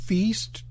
Feast